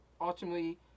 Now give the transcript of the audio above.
ultimately